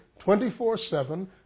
24-7